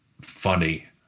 funny